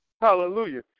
Hallelujah